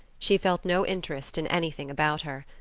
she felt no interest in anything about her.